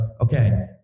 okay